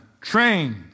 Train